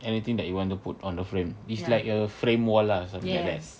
anything that you want to put on the frame it's like a frame wall lah something like that